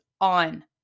on